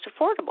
affordable